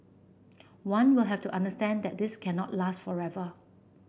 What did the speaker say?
one will have to understand that this cannot last forever